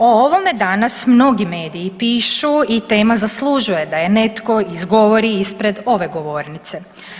O ovome danas mnogi mediji pišu i tema zaslužuje da je netko izgovori ispred ove govornice.